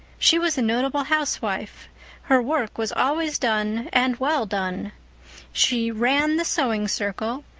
she was a notable housewife her work was always done and well done she ran the sewing circle,